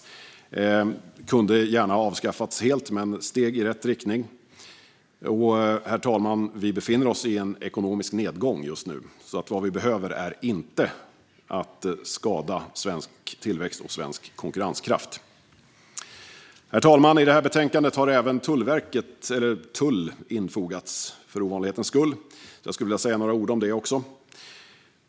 Det kunde gärna ha avskaffats helt, men det är ett steg i rätt riktning. Herr talman! Vi befinner oss i en ekonomisk nedgång just nu, och vad vi behöver är inte att skada svensk tillväxt och svensk konkurrenskraft. Herr talman! I det här betänkandet har även tull infogats, för ovanlighetens skull, och jag skulle vilja säga något om det också.